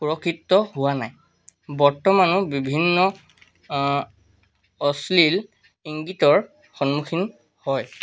সুৰক্ষিত হোৱা নাই বৰ্তমানো বিভিন্ন অশ্লীল ইংগিতৰ সন্মুখীন হয়